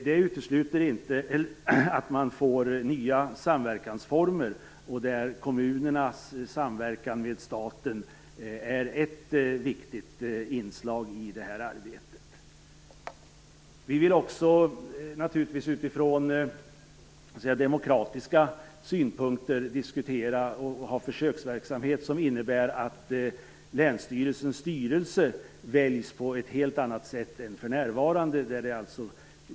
Det utesluter inte att man får nya samverkansformer där kommunernas samverkan med staten är ett viktigt inslag i arbetet. Vi vill också utifrån demokratiska synpunkter diskutera försöksverksamhet som innebär att länsstyrelsens styrelse väljs på ett helt annat sätt än för närvarande.